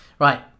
Right